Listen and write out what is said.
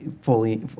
fully